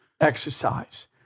exercise